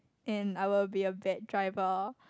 and I will be a bad driver